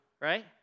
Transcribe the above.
right